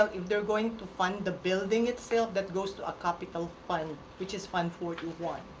if they're going to fund the building itself, that goes to our capital fund which is fund forty one.